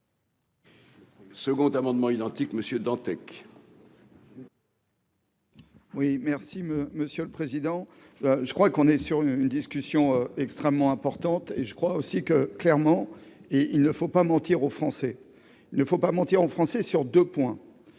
Second amendement identique Monsieur Dantec. Oui merci me monsieur le président, je crois qu'on est sur une discussion extrêmement importante et je crois aussi que, clairement, et il ne faut pas mentir aux Français, il ne faut pas mentir aux Français sur 2 points